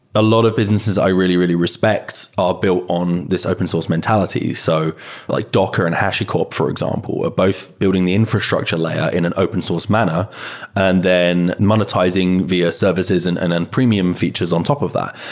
a lot of businesses i really, really respect are built on this open source mentality, so like docker and hashicorp, for example, are both building the infrastructure layer in an open source manner and then monetizing via services and and then premium features on top of that.